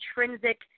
intrinsic